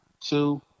Two